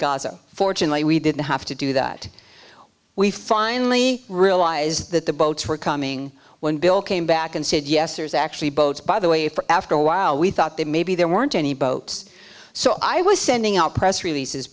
gaza fortunately we didn't have to do that we finally realized that the boats were coming when bill came back and said yes there's actually boats by the way for after a while we thought that maybe there weren't any boats so i was sending out press releases